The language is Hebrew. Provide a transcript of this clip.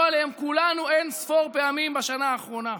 עליהם כולנו אין-ספור פעמים בשנה האחרונה.